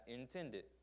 intended